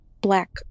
black